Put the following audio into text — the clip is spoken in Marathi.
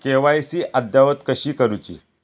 के.वाय.सी अद्ययावत कशी करुची?